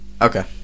Okay